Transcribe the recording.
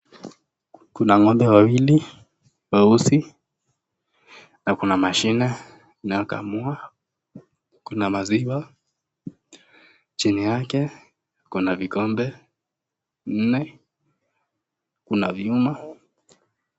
Kuna ng'ombe wawili weusi, na kuna mashini inayokamua, kuna maziwa chini yake, kuna vikombe nne, kuna vyuma.